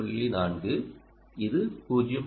4 இது 0